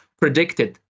predicted